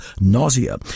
Nausea